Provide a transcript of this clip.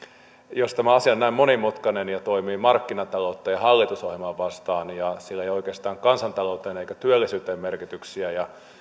jos tämä asia on näin monimutkainen ja toimii markkinataloutta ja hallitusohjelmaa vastaan ja sillä ei ole oikeastaan kansantalouteen eikä työllisyyteen vaikutuksia ja se